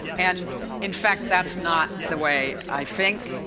and in fact that's not the way i think.